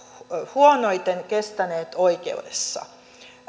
huonoiten kestäneet oikeudessa